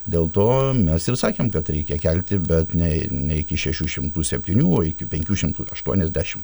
dėl to mes ir sakėm kad reikia kelti bet nei ne iki šešių šimtų septynių o iki penkių šimtų aštuoniasdešim